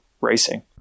racing